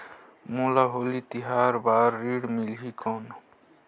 मोला होली तिहार बार ऋण मिलही कौन?